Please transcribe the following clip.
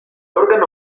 órgano